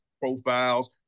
profiles